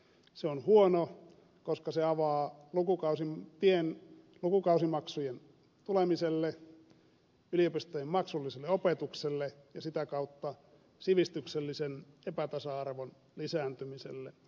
se on huono koska se avaa tien lukukausimaksujen tulemiselle yliopistojen maksulliselle opetukselle ja sitä kautta sivistyksellisen epätasa arvon lisääntymiselle